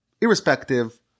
irrespective